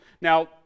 now